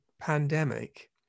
pandemic